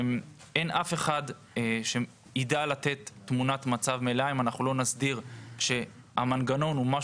אין אף אחד שיֵדע לתת תמונת מצב מלאה אם אנחנו לא נסדיר את זה ככה שנדע